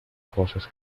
cosas